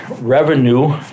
revenue